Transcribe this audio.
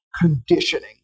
conditioning